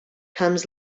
comes